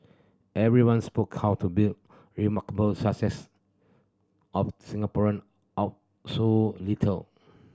everyone spoke how to built remarkable success of Singaporean out so little